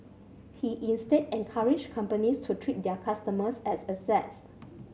he instead encouraged companies to treat their customers as assets